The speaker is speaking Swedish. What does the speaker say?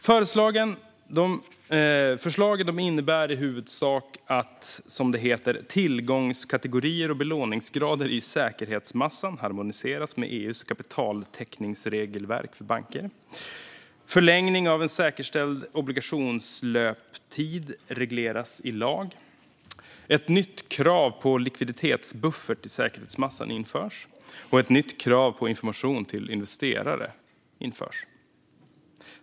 Förslagen innebär i huvudsak att tillgångskategorier och belåningsgrader i säkerhetsmassan harmoniseras med EU:s kapitaltäckningsregelverk för banker förlängning av en säkerställd obligationslöptid regleras i lag ett nytt krav på likviditetsbuffert i säkerhetsmassan införs ett nytt krav på information till investerare införs.